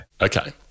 Okay